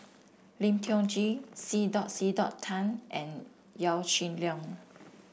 Lim Tiong Ghee C dot C dot Tan and Yaw Shin Leong